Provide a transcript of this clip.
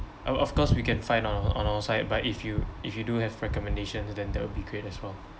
of of course we can find on our on our side but if you if you do have recommendations then that will be great as well